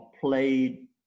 played